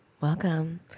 welcome